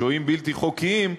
שוהים בלתי חוקיים,